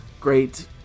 great